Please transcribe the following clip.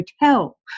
hotel